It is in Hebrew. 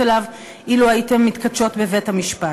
אליו אילו הייתן מתכתשות בבית-המשפט.